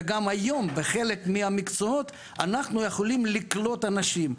וגם היום בחלק מהמקצועות אנחנו יכולים לקלוט אנשים.